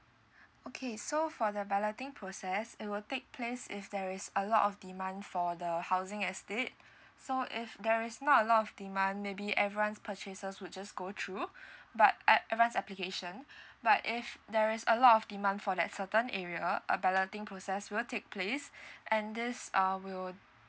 okay so for the balloting process it will take place if there is a lot of demand for the housing estate so if there's not a lot of demand maybe everyone's purchases would just go through but ev~ everyone application but if there's a lot of demand for that certain area a balloting process will take place and this uh will